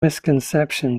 misconception